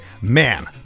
man